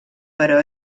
però